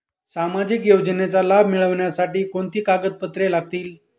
सामाजिक योजनेचा लाभ मिळण्यासाठी कोणती कागदपत्रे लागतील?